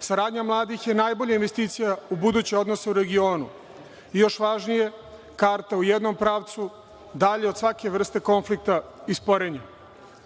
Saradnja mladih je najbolja investicija u buduće odnose u regionu, još važnije, karta u jednom pravcu dalje od svake vrste konflikta i sporenja. Sporazum